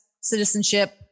citizenship